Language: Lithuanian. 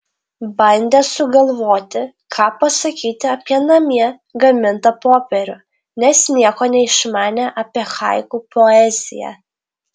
bandė sugalvoti ką pasakyti apie namie gamintą popierių nes nieko neišmanė apie haiku poeziją